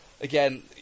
again